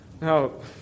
Now